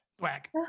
Whack